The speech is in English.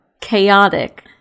chaotic